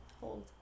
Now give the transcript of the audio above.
hold